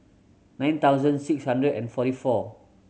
nine thousand six hundred and forty four